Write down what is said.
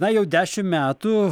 na jau dešimt metų